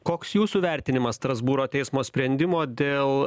koks jūsų vertinimas strasbūro teismo sprendimo dėl